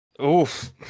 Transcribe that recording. Oof